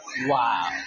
Wow